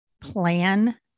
plan